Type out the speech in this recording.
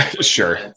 Sure